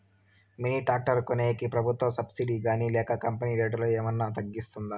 Mini tractor కొనేకి ప్రభుత్వ subsidy గాని లేక కంపెని రేటులో ఏమన్నా తగ్గిస్తుందా?